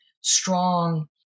strong